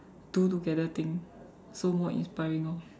do together thing so more inspiring orh